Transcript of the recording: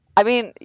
i mean,